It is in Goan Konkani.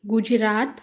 गुजरात